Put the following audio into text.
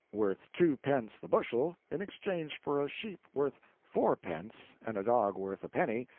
worth two pence the bushel, in exchange for a sheep worth four pence and a dog worth a penny,